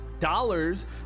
dollars